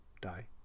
Die